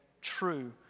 true